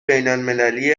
بینالمللی